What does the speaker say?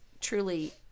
truly